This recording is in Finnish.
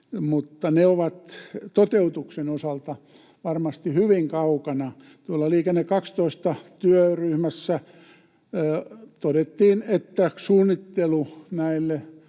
mutta ne ovat toteutuksen osalta varmasti hyvin kaukana. Liikenne 12 ‑työryhmässä todettiin, että suunnittelu näille